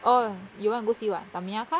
oh you wanna go see what Tamiya car